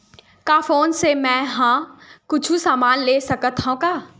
का फोन से मै हे कुछु समान ले सकत हाव का?